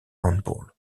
handball